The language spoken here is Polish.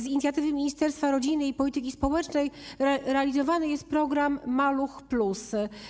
Z inicjatywy Ministerstwa Rodziny i Polityki Społecznej realizowany jest program ˝Maluch+˝